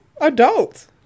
adult